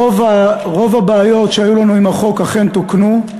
רוב הבעיות שהיו לנו עם החוק אכן תוקנו.